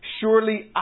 Surely